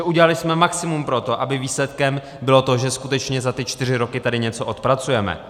Udělali jsme maximum pro to, aby výsledkem bylo to, že skutečně za ty čtyři roky tady něco odpracujeme.